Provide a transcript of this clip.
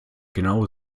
genau